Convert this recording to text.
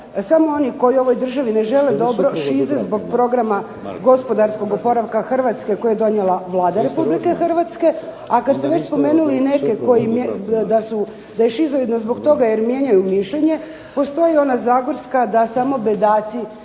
samo oni koji u ovoj državi ne žele dobro šize zbog programa gospodarskog oporavka Hrvatske koji je donijela Vlada Republike Hrvatske, a kad ste već spomenuli i neke da su, da je šizoidno zbog toga jer mijenjaju mišljenje, postoji ona zagorska da samo bedaci